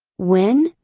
when,